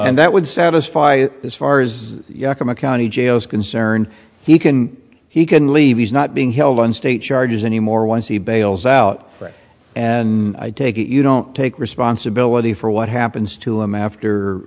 and that would satisfy this far is yakima county jail is concerned he can he can leave he's not being held on state charges anymore once he bails out and i take it you don't take responsibility for what happens to him after